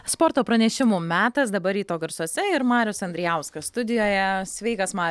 sporto pranešimų metas dabar ryto garsuose ir marius andrijauskas studijoje sveikas mariau